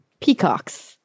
peacocks